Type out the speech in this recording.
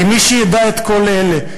כי מי שידע את כל אלה,